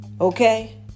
Okay